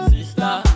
Sister